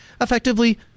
effectively